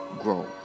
grow